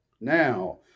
Now